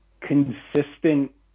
consistent